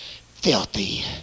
filthy